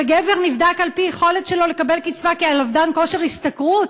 וגבר נבדק על-פי היכולת שלו לקבל קצבה על אובדן כושר השתכרות?